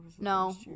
No